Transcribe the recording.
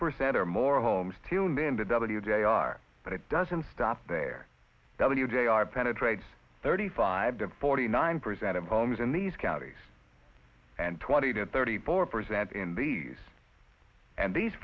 percent or more homes tuned into w jr but it doesn't stop there w j r penetrates thirty five to forty nine percent of homes in these counties and twenty to thirty four percent in these and these